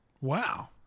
Wow